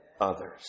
others